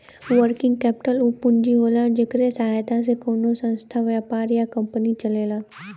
working capital उ पूंजी होला जेकरे सहायता से कउनो संस्था व्यापार या कंपनी चलेला